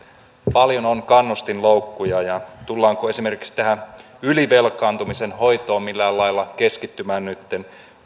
paljon on kannustinloukkuja ja tullaanko esimerkiksi tähän ylivelkaantumisen hoitoon millään lailla keskittymään nytten